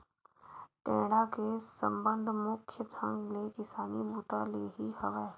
टेंड़ा के संबंध मुख्य ढंग ले किसानी बूता ले ही हवय